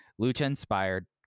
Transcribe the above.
lucha-inspired